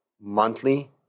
monthly